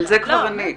על זה כבר ענית.